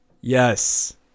Yes